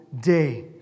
day